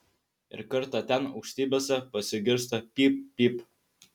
ir kartą ten aukštybėse pasigirsta pyp pyp